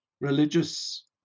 religious